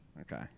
Okay